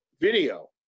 video